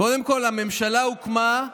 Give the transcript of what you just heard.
קודם כול, הממשלה הוקמה,